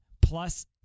plus